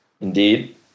indeed